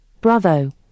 Bravo